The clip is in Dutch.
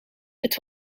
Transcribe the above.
het